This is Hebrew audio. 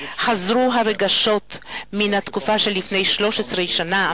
חזרו הרגשות מלפני 13 שנה,